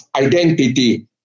identity